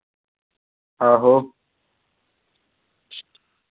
आहो